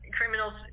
criminals